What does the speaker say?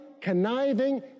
conniving